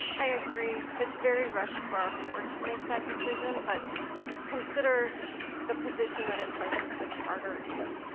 i agree. it's very rushed for our board to make that decision. but consider the position that it places the charter in.